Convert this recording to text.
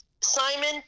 Simon